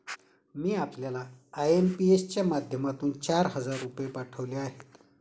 मी आपल्याला आय.एम.पी.एस च्या माध्यमातून चार हजार रुपये पाठवले आहेत